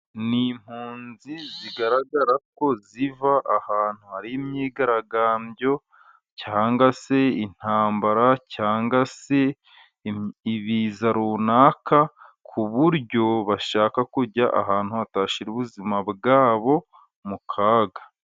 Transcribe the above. Ni impunzi zigaragara ko ziva ahantu hari imyigaragambyo, cyanga se intambara cyanga se ibiza runaka ku buryo bashaka kujya ahantu hatashira ubuzima bwabo mu kaga.